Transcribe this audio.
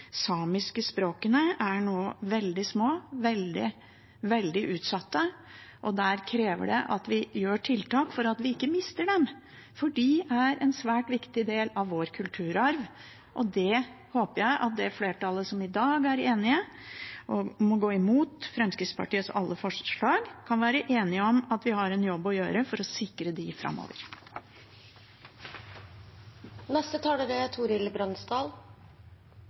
samiske språkene er nå veldig små, veldig utsatt, og det krever at vi gjør tiltak for ikke å miste dem, for de er en svært viktig del av vår kulturarv. Jeg håper at det flertallet som i dag er enige om å gå imot Fremskrittspartiets alle forslag, kan være enige om at vi har en jobb å gjøre for å sikre de språkene framover. Noen ganger tenker en: Er